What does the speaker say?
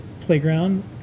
Playground